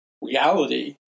Reality